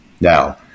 Now